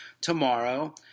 tomorrow